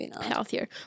Healthier